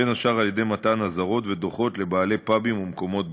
בין השאר במתן אזהרות ודוחות לבעלי פאבים ומקומות בילוי,